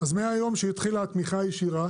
אז מהיום שהתחילה התמיכה הישירה